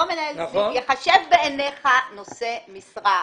אותו מנהל סניף ייחשב בעיניך נושא משרה.